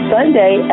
Sunday